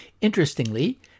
Interestingly